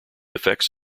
effects